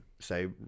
say